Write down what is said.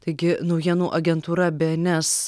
taigi naujienų agentūra bns